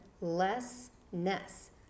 less-ness